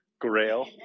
grail